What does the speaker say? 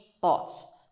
thoughts